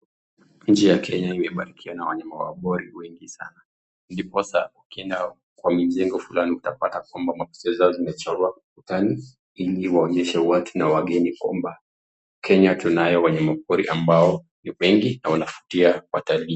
Nchi ya Kenya imebarikiwa na wanyama wa pori wengi sana. Ndiposa ukienda kwa mijengo fulani utapata kwamba mapicha zao zimechorwa ukutani, ili waonyeshe watu na wageni kwamba, Kenya tunayo wanyama pori ambao ni wengi na wanavutia watalii.